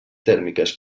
tèrmiques